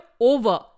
over